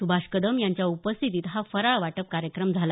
सुभाष कदम यांच्या उपस्थितीत हा फराळ वाटप कार्यक्रम झाला